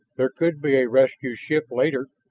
there could be a rescue ship later